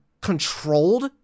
controlled